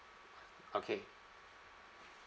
okay